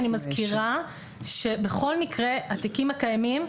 אני מזכירה שבכל מקרה התיקים הקיימים,